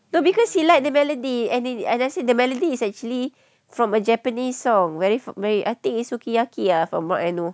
no because he liked the melody and he and I said the melody is actually from a japanese song very fa~ very I think is sukiyaki ah from what I know